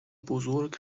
بزرگ